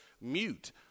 mute